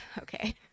okay